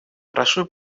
прошу